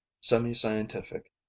semi-scientific